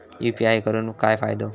UPI करून काय फायदो?